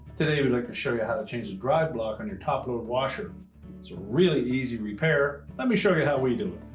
today i would like to show you how to change the drive block on your top load washer. it's a really easy repair, let me show you how we do